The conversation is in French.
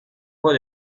voie